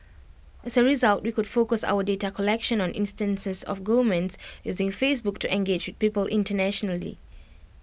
as A result we could focus our data collection on instances of governments using Facebook to engage with people internationally